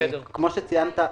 כפי שציינת,